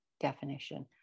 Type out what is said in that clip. definition